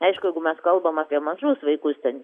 aišku jeigu mes kalbam apie mažus vaikus ten